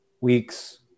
weeks